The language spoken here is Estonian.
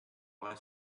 vale